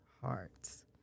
hearts